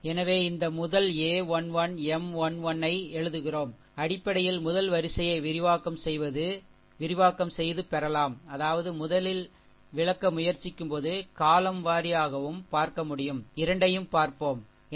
எனவே இந்த முதல் a1 1 M 1 1 ஐ எழுதுகிறோம் அடிப்படையில் முதல் வரிசையை விரிவாக்கம் செய்து பெறலாம் அதாவது முதலில் விளக்க முயற்சிக்கும்போது column வாரியாகவும் பார்க்க முடியும் இரண்டையும் பார்ப்போம் சரி